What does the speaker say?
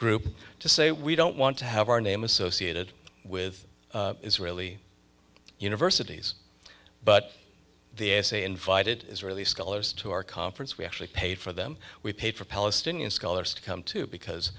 group to say we don't want to have our name associated with israeli universities but the essay invited is really scholars to our conference we actually paid for them we paid for palestinian scholars to come to because